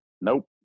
Nope